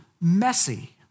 messy